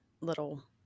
little